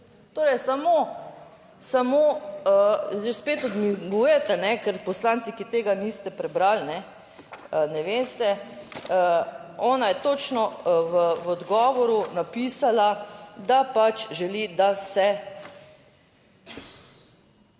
Torej, samo, samo ... Že spet odmigujete, ker poslanci, ki tega niste prebrali, ne veste. Ona je točno v odgovoru napisala, da pač želi, da se